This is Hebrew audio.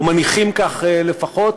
או מניחים כך לפחות,